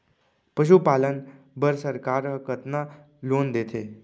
पशुपालन बर सरकार ह कतना लोन देथे?